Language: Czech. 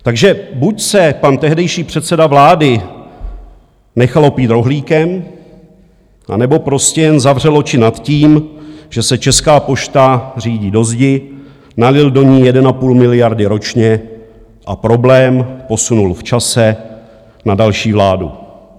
Takže buď se pan tehdejší předseda vlády nechal opít rohlíkem, anebo prostě jen zavřel oči nad tím, že se Česká pošta řítí do zdi, nalil do ní 1,5 miliardy ročně a problém posunul v čase na další vládu.